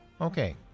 Okay